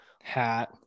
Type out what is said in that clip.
hat